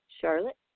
Charlotte